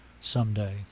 someday